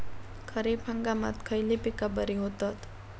खरीप हंगामात खयली पीका बरी होतत?